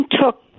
took